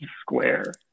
square